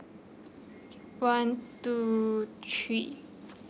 one two three